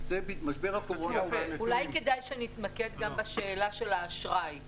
אולי כדאי שנתמקד גם בשאלה של האשראי.